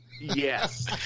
Yes